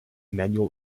emmanuel